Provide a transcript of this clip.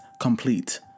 complete